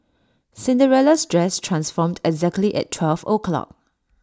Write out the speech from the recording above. Cinderella's dress transformed exactly at twelve o'clock